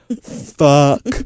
fuck